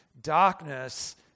darkness